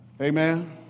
Amen